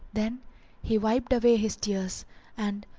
then he wiped away his tears and,